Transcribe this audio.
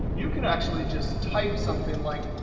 you can actually just type something like,